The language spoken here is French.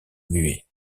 muet